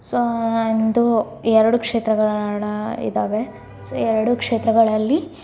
so ಎಂದು ಎರಡು ಕ್ಷೇತ್ರಗಳು ಇದ್ದಾವೆ ಸೊ ಎರಡೂ ಕ್ಷೇತ್ರಗಳಲ್ಲಿ